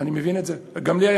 אתה בוחן לב וכליות?